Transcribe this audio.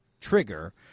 trigger